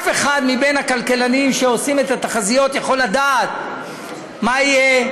אף אחד מהכלכלנים שעושים את התחזיות לא יכול לדעת מה יהיה,